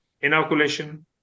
inoculation